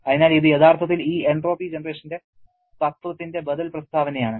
അതിനാൽ ഇത് യഥാർത്ഥത്തിൽ ഈ എൻട്രോപ്പി ജനറേഷന്റെ തത്വത്തിന്റെ ബദൽ പ്രസ്താവനയാണ്